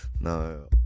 no